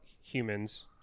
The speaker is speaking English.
humans